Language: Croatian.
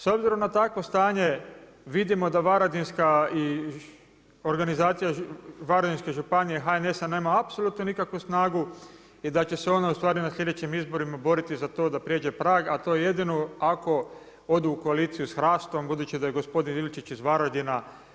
S obzirom na takvo stanje vidimo da varaždinska organizacija, Varaždinska županija HNS-a nema apsolutno nikakvu snagu i da će se ona u stvari na sljedećim izborima boriti za to da prijeđe prag a to je jedino ako odu u koaliciju sa HRAST-om budući da je gospodin Ilčić iz Varaždina.